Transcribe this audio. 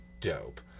dope